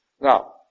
now